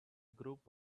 group